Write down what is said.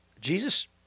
Jesus